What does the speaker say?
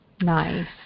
Nice